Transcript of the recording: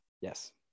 Yes